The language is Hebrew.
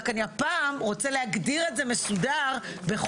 רק הפעם אני רוצה להגדיר את זה מסודר בחוק.